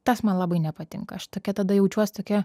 tas man labai nepatinka aš tokia tada jaučiuos tokia